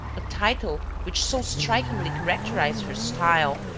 a title which so strikingly characterized her style,